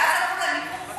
ואז אמרו,